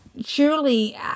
surely